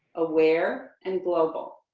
aware, and global.